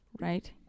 right